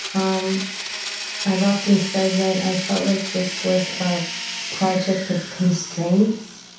um i've often said that i felt like this was a project of constraints.